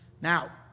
Now